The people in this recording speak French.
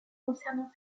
concernant